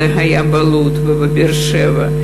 זה היה בלוד ובבאר-שבע,